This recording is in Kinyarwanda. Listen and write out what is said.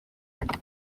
nana